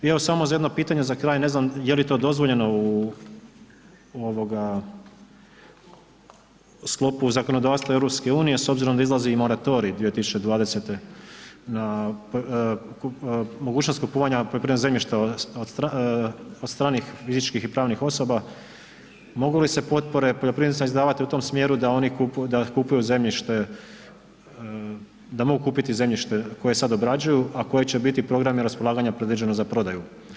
I evo samo jedno pitanje za kraj, ne znam je li to dozvoljeno u ovoga sklopu zakonodavstva EU s obzirom da izlazi i moratorij 2020. na mogućnost kupovanja poljoprivrednog zemljišta od stranih fizičkih i pravnih osoba, mogu se potpore poljoprivrednicima izdavati u tom smjeru da oni kupuju zemljište, da mogu kupiti zemljište koje sad obrađuju a koje će biti programi raspolaganja predviđeno za prodaju?